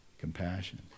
compassion